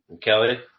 Kelly